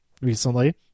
recently